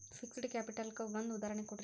fixed capital ಕ್ಕ ಒಂದ್ ಉದಾಹರ್ಣಿ ಕೊಡ್ರಿ